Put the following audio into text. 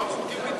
אותם חוקים בדיוק.